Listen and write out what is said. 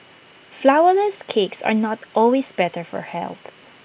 Flourless Cakes are not always better for health